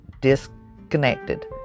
disconnected